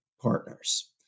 partners